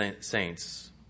saints